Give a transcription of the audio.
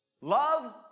Love